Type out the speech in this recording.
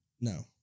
no